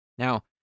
Now